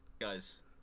guys